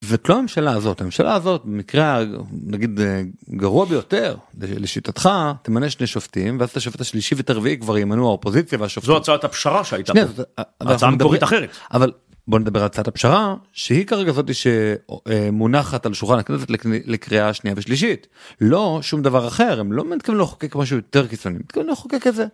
זאת לא הממשלה הזאת הממשלה הזאת במקרה הנגיד הגרוע ביותר לשיטתך תמנה שני שופטים ואז את השופט השלישי ואת הרביעי כבר ימנו האופוזיציה והשופטים. זו הצעת הפשרה שהיתה. זאת הצעה המקורית אחרת. שניה, אבל בוא נדבר על צעד הפשרה שהיא כרגע זאתי שמונחת על שולחן הכנסת לקריאה השנייה ושלישית לא שום דבר אחר הם לא מתכוונים לחוקק משהו יותר קיצוני, הם מתכוונים לחוקק את זה.